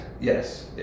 yes